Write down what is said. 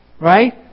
Right